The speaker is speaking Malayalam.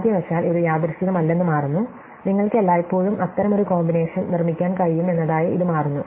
ഭാഗ്യവശാൽ ഇത് യാദൃശ്ചികമല്ലെന്ന് മാറുന്നു നിങ്ങൾക്ക് എല്ലായ്പ്പോഴും അത്തരമൊരു കോമ്പിനേഷൻ നിർമ്മിക്കാൻ കഴിയുമെന്നതായി ഇത് മാറുന്നു